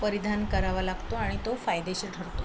परिधान करावा लागतो आणि तो फायदेशीर ठरतो